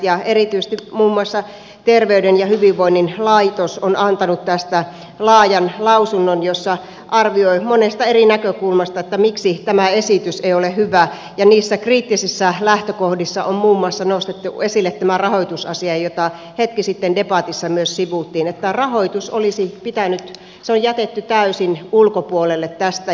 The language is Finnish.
erityisesti muun muassa terveyden ja hyvinvoinnin laitos on antanut tästä laajan lausunnon jossa arvioi monesta eri näkökulmasta miksi tämä esitys ei ole hyvä ja niissä kriittisissä lähtökohdissa on muun muassa nostettu esille tämä rahoitusasia jota hetki sitten myös debatissa sivuttiin että rahoitus on jätetty täysin ulkopuolelle tästä